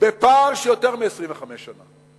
בפער של יותר מ-25 שנה.